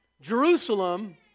Jerusalem